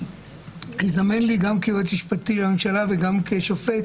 הזדמן לי גם כיועץ משפטי לממשלה וגם כשופט